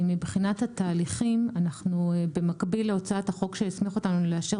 מבחינת התהליכים במקביל להוצאת החוק שהסמיך אותנו לאשר